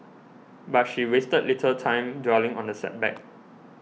but she wasted little time dwelling on the setback